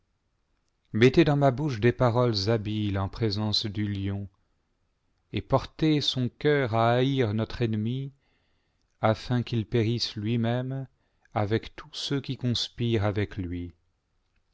mettez dans ma bouche des paroles habiles en présence du lion et portez son cœur à haïr notre ennemi afin qu'il périsse lui-même avec tous ceux qui conspirent avec lui